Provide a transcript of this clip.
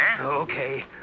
Okay